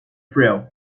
thrill